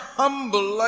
humble